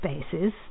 spaces